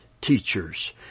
teachers